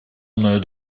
мною